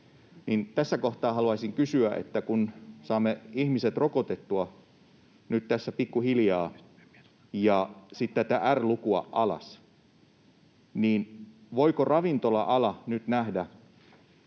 Tässä kohtaa haluaisin kysyä: kun saamme ihmiset rokotettua nyt tässä pikkuhiljaa ja sitten tätä R-lukua alas, niin voiko ravintola-ala nyt nähdä